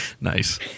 Nice